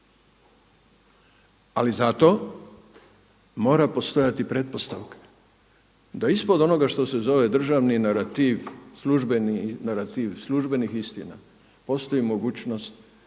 Ali zato mora postojati pretpostavka da ispod onoga što se zove državni narativ, službeni narativ službenih istina postoji mogućnost